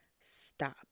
Stop